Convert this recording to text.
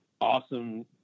awesome